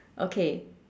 okay